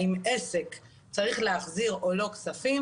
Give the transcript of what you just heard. האם עסק צריך להחזיר או לא להחזיר כספים